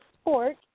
sport